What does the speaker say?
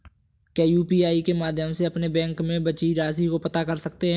क्या यू.पी.आई के माध्यम से अपने बैंक में बची राशि को पता कर सकते हैं?